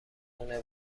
خونه